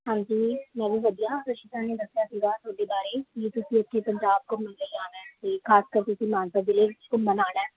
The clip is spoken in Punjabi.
ਹਾਂਜੀ ਮੈਂ ਵੀ ਵਧੀਆ ਇਸ਼ਿਕਾ ਨੇ ਦੱਸਿਆ ਸੀਗਾ ਤੁਹਾਡੇ ਬਾਰੇ ਕਿ ਤੁਸੀਂ ਇੱਥੇ ਪੰਜਾਬ ਘੁੰਮਣ ਲਈ ਆਉਣਾ ਅਤੇ ਖ਼ਾਸ ਕਰ ਤੁਸੀਂ ਮਾਨਸਾ ਜ਼ਿਲ੍ਹੇ ਵਿਚ ਘੁੰਮਣ ਆਉਣਾ